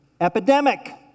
epidemic